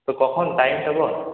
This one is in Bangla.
তো কখন টাইমটা বল